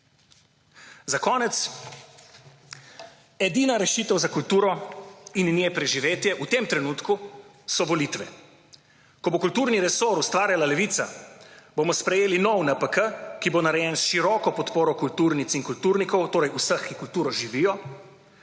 Za konec. Edina rešitev za kulturo in nje preživetje v tem trenutku so volitve. Ko bo kulturni resor ustvarjala Levica, bomo sprejeli nov NPK, ki bo narejen s široko podporo kulturnic in kulturnikov, torej vseh ki kulturo živijo